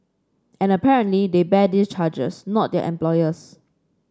and apparently they bear these charges not their employers